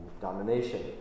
domination